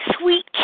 sweet